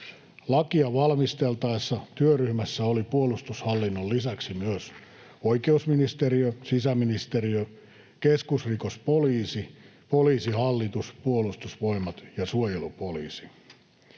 Lakia valmisteltaessa työryhmässä oli puolustushallinnon lisäksi myös oikeusministeriö, sisäministeriö, keskusrikospoliisi, Poliisihallitus, Puolustusvoimat ja suojelupoliisi.